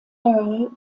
earl